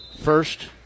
first